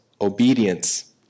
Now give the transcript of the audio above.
obedience